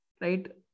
Right